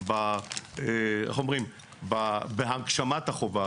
28. בגלל המיוחדות של ישראל יש זכות נוספת,